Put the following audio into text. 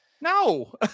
No